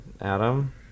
Adam